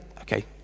okay